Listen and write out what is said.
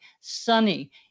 Sunny